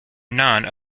none